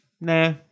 Nah